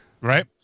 Right